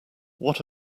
what